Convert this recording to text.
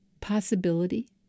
Possibility